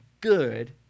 good